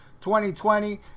2020